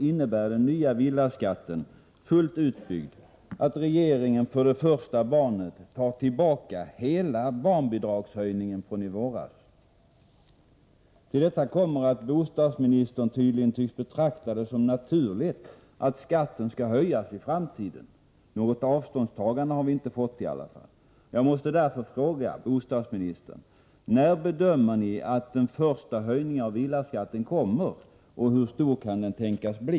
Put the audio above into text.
innebär den nya villaskatten, fullt utbyggd, att regeringen tar tillbaka hela barnbidragshöjningen för det första barnet. Till detta kommer att bostadsministern tydligen tycks betrakta det som naturligt att skatten skall höjas i framtiden — något avståndstagande har vi i alla fall inte fått. Jag måste därför fråga bostadsministern: När bedömer ni att den första höjningen av villaskatten kommer, och hur stor kan den tänkas bli?